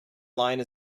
line